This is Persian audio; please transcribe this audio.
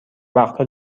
وقتها